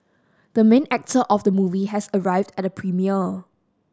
the main actor of the movie has arrived at the premiere